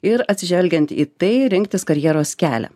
ir atsižvelgiant į tai rinktis karjeros kelią